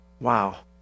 Wow